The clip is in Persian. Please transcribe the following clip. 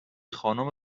خانم